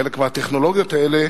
חלק מהטכנולוגיות האלה